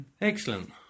Excellent